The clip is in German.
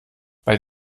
bei